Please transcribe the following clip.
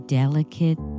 delicate